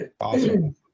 Awesome